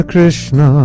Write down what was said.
Krishna